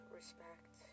respect